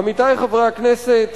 עמיתי חברי הכנסת,